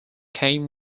came